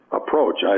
approach